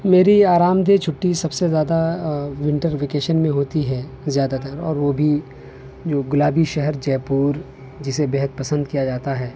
میری آرام دہ چھٹی سب سے زیادہ ونتر ویکیشن میں ہوتی ہے زیادہ تر اور وہ بھی جو گلابی شہر جے پور جسے بےحد پسند کیا جاتا ہے